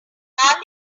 can